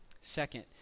Second